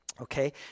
Okay